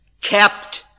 kept